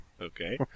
Okay